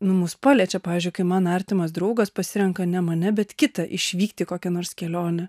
nu mus paliečia pavyzdžiui kai man artimas draugas pasirenka ne mane bet kitą išvykti į kokią nors kelionę